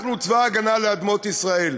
אנחנו צבא ההגנה לאדמות ישראל,